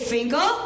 Finkel